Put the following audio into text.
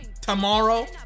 Tomorrow